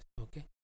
Okay